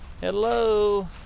Hello